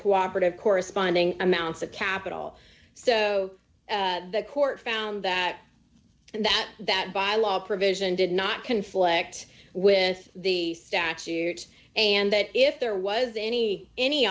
co operative corresponding amounts of capital so the court found that that that by law provision did not conflict with the statute and that if there was any any